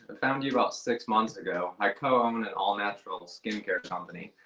found you about six months ago, i co own an all natural skin care company.